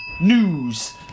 News